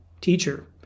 Teacher